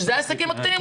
שזה העסקים הקטנים,